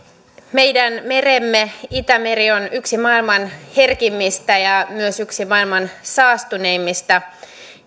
meidän meremme itämeri on yksi maailman herkimmistä ja myös yksi maailman saastuneimmista